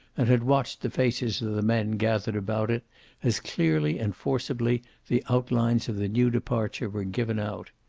and had watched the faces of the men gathered about it as clearly and forcibly the outlines of the new departure were given out.